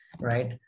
right